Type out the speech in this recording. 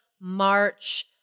March